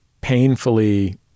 painfully